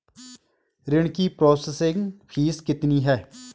ऋण की processing fee कितनी है?